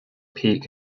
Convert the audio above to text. peak